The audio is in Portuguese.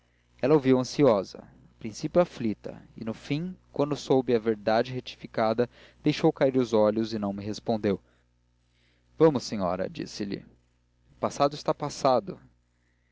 ela ouviu ansiosa a princípio aflita e no fim quando soube a verdade retificada deixou cair os olhos e não me respondeu vamos senhora disse-lhe o passado está passado